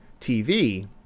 TV